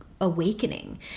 awakening